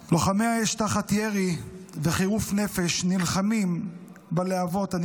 לוחמי האש נלחמים בלהבות תחת ירי ובחירוף נפש.